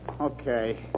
Okay